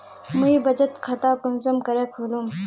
मुई बचत खता कुंसम करे खोलुम?